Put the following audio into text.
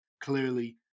Clearly